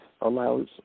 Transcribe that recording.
allows